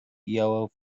yellow